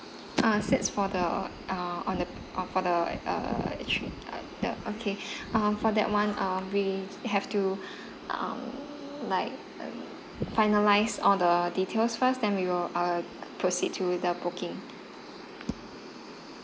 ah seat for the uh on the uh for the err actually uh the okay um for that one um we have to um like um finalise all the details first then we will uh proceed to the booking